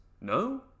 no